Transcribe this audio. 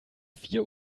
vier